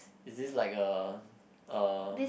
is it like a a